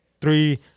three